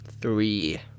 Three